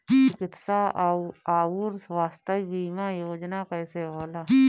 चिकित्सा आऊर स्वास्थ्य बीमा योजना कैसे होला?